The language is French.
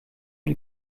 lui